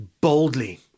boldly